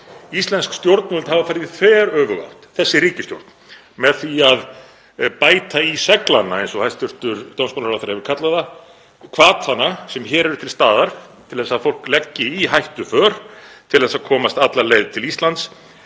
Íslensk stjórnvöld hafa farið í þveröfuga átt, þessi ríkisstjórn, með því að bæta í seglana, eins og hæstv. dómsmálaráðherra hefur kallað það, hvatana sem hér eru til staðar til þess að fólk leggi í hættuför til að komast alla leið til Íslands.